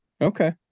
Okay